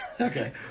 Okay